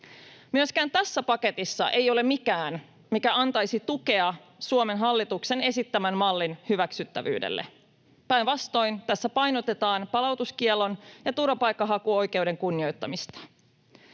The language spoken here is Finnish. Myöskään tässä paketissa ei ole mitään, mikä antaisi tukea Suomen hallituksen esittämän mallin hyväksyttävyydelle. Päinvastoin, tässä painotetaan palautuskiellon ja turvapaikkahakuoikeuden kunnioittamista.